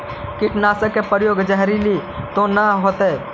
कीटनाशक के प्रयोग, जहरीला तो न होतैय?